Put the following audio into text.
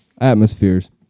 atmospheres